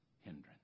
hindrance